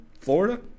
Florida